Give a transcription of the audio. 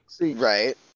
Right